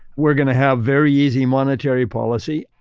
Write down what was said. we're going to have very easy monetary policy.